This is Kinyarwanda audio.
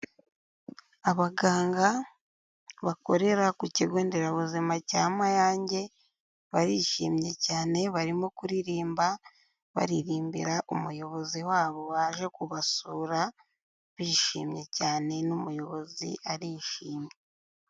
Abaganga bakorera ku kigo nderabuzima cya Mayange barishimye cyane barimo kuririmba, baririmbira umuyobozi wabo waje kubasura, bishimye cyane n'umuyobozi arishimye.